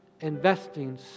investing